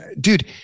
dude